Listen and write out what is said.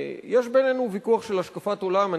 יש בינינו ויכוח של השקפת עולם,